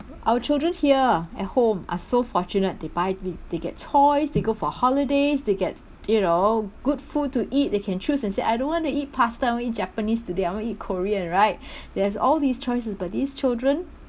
our children here ah at home are so fortunate they buy th~ they get toys they go for holidays they get you know good food to eat they can choose and say I don't want to eat pasta I want to eat japanese today I want to eat korean right there's all these choices but these children